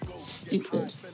stupid